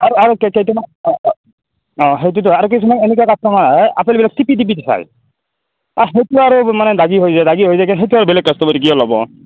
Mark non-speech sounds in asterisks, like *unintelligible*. আৰু আৰু কেইটামান *unintelligible* অ সেইটোতো আৰু কিছুমান এনেকুৱা কাষ্টমাৰ আহে আপেলবিলাক টিপি টিপি চায় আ সেইটোতো আৰু মানে দাগী হৈ যায় দাগী হৈ যায় সেইটো আৰু বেলেগ কাষ্টমাৰে কিয় ল'ব